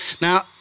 Now